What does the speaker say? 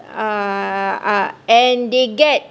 uh and they get